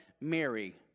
Mary